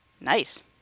Nice